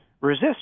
resist